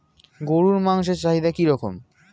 গরুর মাংসের চাহিদা কি রকম?